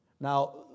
Now